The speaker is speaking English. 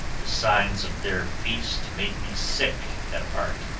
the signs of their feast made me sick at heart,